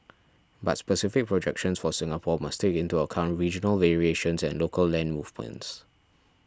but specific projections for Singapore must take into account regional variations and local land movements